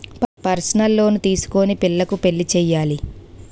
personal loan తీసుకొని పిల్లకు పెళ్లి చేయాలి